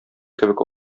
кебек